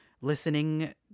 listening